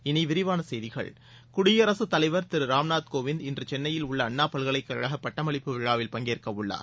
இனி விரிவான செய்திகள் குடியரசுத் தலைவர் திரு ராம்நாத் கோவிந்த் இன்று சென்னையில் உள்ள அண்ணா பல்கலைக்கழக பட்டமளிப்பு விழாவில் பங்கேற்கவுள்ளார்